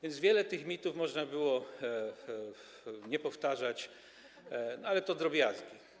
Więc wielu tych mitów można było nie powtarzać, ale to drobiazgi.